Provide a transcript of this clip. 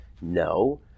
No